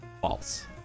False